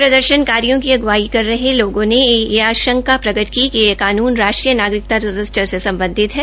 प्रदर्शनकारियों की अग्वाई कर रहे लोगों ने यह आशंका प्रकट की कि ये कानून राष्ट्रीय नागरिकता रजिस्टर से सम्बधित है